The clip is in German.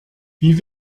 wie